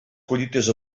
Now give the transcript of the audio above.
collites